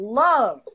love